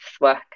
work